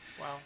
Wow